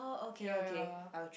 ya ya